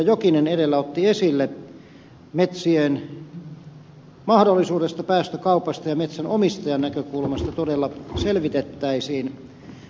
jokinen edellä otti esille metsien mahdollisuudesta päästökaupasta ja metsänomistajan näkökulmasta todella selvitettäisiin